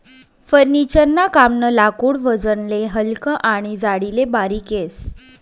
furniture ना कामनं लाकूड वजनले हलकं आनी जाडीले बारीक येस